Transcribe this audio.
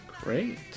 great